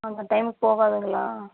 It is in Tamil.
அங்கே டைமுக்கு போகாதுங்களா